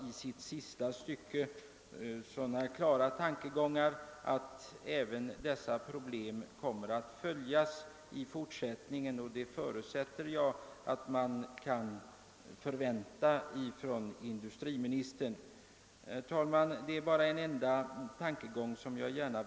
I sista stycket framhålles att dessa problem kommer att följas även i fortsättningen, och jag förutsätter att detta också kommer att ske. Herr talman!